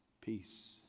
peace